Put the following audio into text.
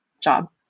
job